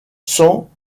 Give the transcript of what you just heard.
sans